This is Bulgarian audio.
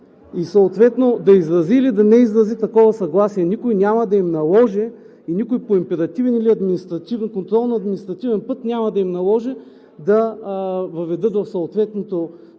и съответно да изрази или да не изрази такова съгласие. Никой няма да им наложи и никой по императивен или контролно-административен път няма да им наложи да въведат в съответното